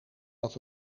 dat